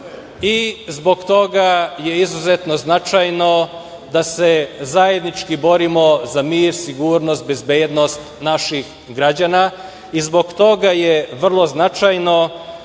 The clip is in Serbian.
Zbog toga je izuzetno značajno da se zajednički borimo za mir, sigurnost, bezbednost naših građana. Zbog toga je vrlo značajno